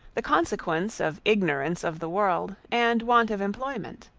the consequence of ignorance of the world and want of employment.